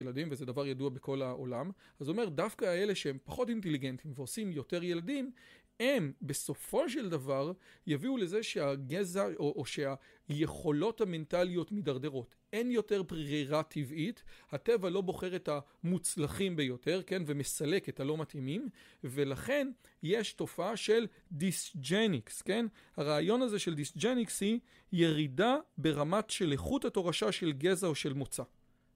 ילדים וזה דבר ידוע בכל העולם אז אומר דווקא האלה שהם פחות אינטליגנטים ועושים יותר ילדים הם בסופו של דבר יביאו לזה שהגזע או שהיכולות המנטליות מדרדרות אין יותר ברירה טבעית הטבע לא בוחר את המוצלחים ביותר, כן, ומסלק את הלא מתאימים ולכן יש תופעה של דיסג'ניקס כן הרעיון הזה של דיסג'ניקס היא ירידה ברמת של איכות התורשה של גזע או של מוצא